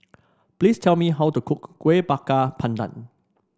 please tell me how to cook Kuih Bakar Pandan